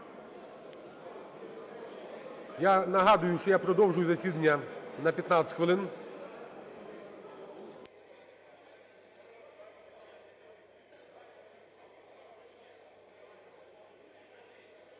Я нагадую, що я продовжую засідання на 15 хвилин.